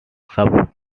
sub